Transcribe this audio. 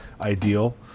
ideal